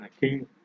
King